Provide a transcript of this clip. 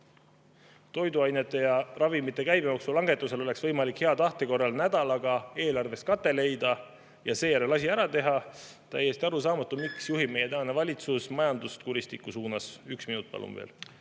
Toiduainete ja ravimite käibemaksu langetusele oleks võimalik hea tahte korral nädalaga eelarvest kate leida ja seejärel asi ära teha. Täiesti arusaamatu, miks juhib meie tänane valitsus majandust kuristiku suunas. Üks minut palun veel.